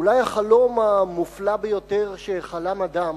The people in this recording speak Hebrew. אולי החלום המופלא ביותר שחלם אדם,